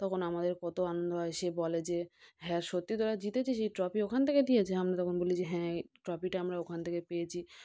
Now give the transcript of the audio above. তখন আমাদের কত আনন্দ হয় সে বলে যে হ্যাঁ সত্যি তোরা জিতেছিস এই ট্রফি ওখান থেকে দিয়েছে আমি তখন বলি যে হ্যাঁ ট্রফিটা আমরা ওখান থেকে পেয়েছি